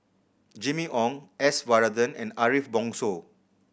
Jimmy Ong S Varathan and Ariff Bongso